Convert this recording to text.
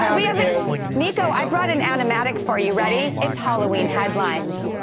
i have is nico, i brought an animatic for you ready, it's halloween headlines.